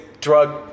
drug